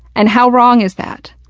and how wrong is that?